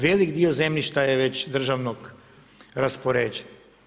Veliki dio zemljišta je već državnog raspoređeno.